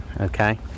Okay